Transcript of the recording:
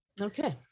Okay